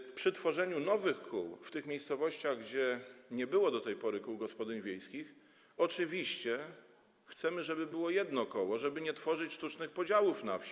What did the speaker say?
Jeśli chodzi o tworzenie nowych kół w tych miejscowościach, w których nie było do tej pory kół gospodyń wiejskich, to oczywiście chcemy, żeby było jedno koło, żeby nie tworzyć sztucznych podziałów wsi.